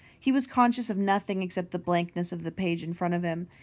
he was conscious of nothing except the blankness of the page in front of him,